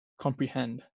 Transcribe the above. comprehend